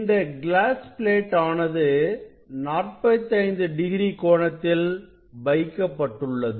இந்த glass plate ஆனது 45 degree கோணத்தில் வைக்கப்பட்டுள்ளது